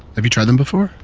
have you tried them before?